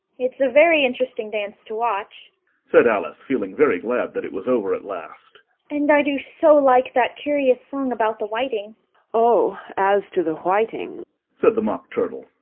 it's a very interesting dance to watch said alice, feeling very glad that it was over at last and i do so like that curious song about the whiting oh, as to the whiting said the mock turtle,